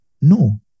No